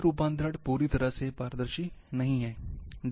ये रूपांतरण पूरी तरह से पारदर्शी नहीं हैं